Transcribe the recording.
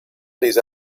these